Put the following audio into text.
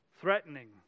threatening